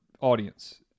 audience